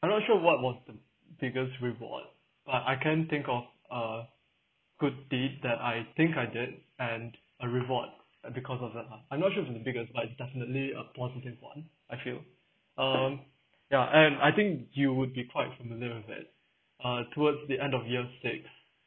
I'm not sure what was the biggest reward but I can think of a good deed that I think I did and a reward at the cause of that lah I'm not sure it was the biggest like but definitely a positive one I feel um ya and I think you would be quite familiar with it uh towards the end of year six